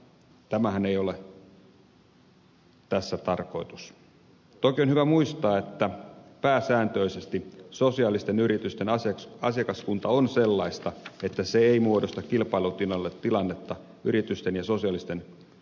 toki on hyvä muistaa että pääsääntöisesti sosiaalisten yritysten asiakaskunta on sellaista että se ei muodosta kilpailutilannetta yritysten ja sosiaalisten yritysten välille